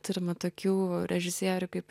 turime tokių režisierių kaip